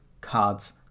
cards